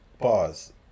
Pause